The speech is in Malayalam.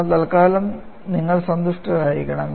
എന്നാൽ തൽക്കാലം നിങ്ങൾ സന്തുഷ്ടരായിരിക്കണം